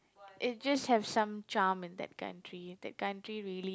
it just have some charm in that country that country really